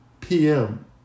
PM